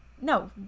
no